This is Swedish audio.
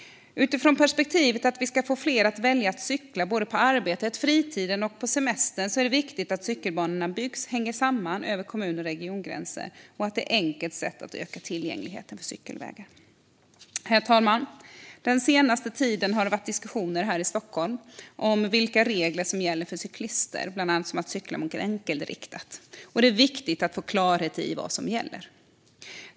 Utifrån perspektivet att vi ska få fler att välja att cykla både till arbetet och på fritiden och semestern är det viktigt att de cykelbanor som byggs också hänger samman över kommun och regiongränser. Detta är ett enkelt sätt att öka tillgängligheten för cykelvägar. Herr talman! Den senaste tiden har det varit diskussioner här i Stockholm om vilka regler som ska gälla för cyklister, bland annat när det gäller att cykla mot enkelriktat. Det är viktigt att få klarhet i vad som gäller.